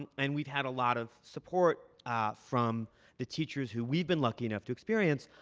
and and we've had a lot of support from the teachers who we've been lucky enough to experience.